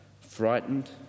frightened